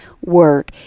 work